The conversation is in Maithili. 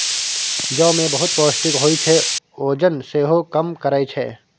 जौ मे बहुत पौष्टिक होइ छै, ओजन सेहो कम करय छै